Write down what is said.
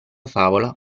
favola